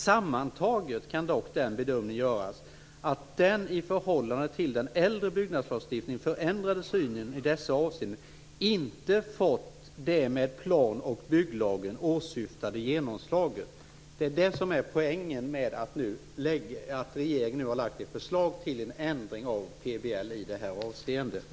Sammantaget kan dock den bedömningen göras att den i förhållande till den äldre byggnadslagstiftningen förändrade synen i dessa avseenden inte fått det med plan och bygglagen åsyftade genomslaget." Det är detta som är poängen med att regeringen nu har lagt fram ett förslag till en ändring av PBL i det här avseendet.